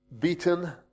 Beaten